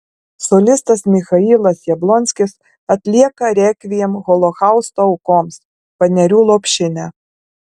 solistas michailas jablonskis atlieka rekviem holokausto aukoms panerių lopšinę